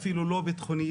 היא אפילו לא ביטחונית,